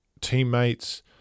teammates